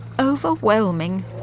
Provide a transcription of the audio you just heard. overwhelming